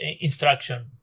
instruction